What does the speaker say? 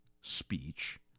speech